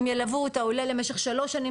הם ילוו את העולה למשך שלוש שנים,